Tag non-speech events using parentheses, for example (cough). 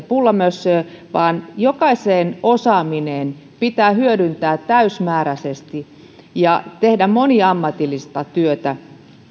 (unintelligible) pullamössöä vaan jokaisen osaaminen pitää hyödyntää täysimääräisesti ja tehdä moniammatillista työtä